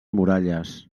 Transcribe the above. muralles